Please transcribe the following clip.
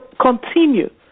continue